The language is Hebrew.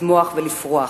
לצמוח ולפרוח,